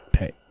Pay